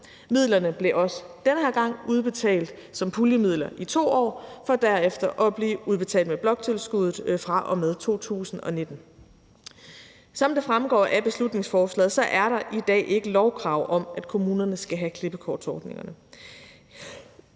Midlerne blev også den her gang udbetalt som puljemidler i 2 år for derefter at blive udbetalt med bloktilskuddet fra og med 2019. Som det fremgår af beslutningsforslaget, er der i dag ikke lovkrav om, at kommunerne skal have klippekortsordningerne.